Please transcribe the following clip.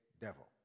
devil